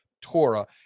Torah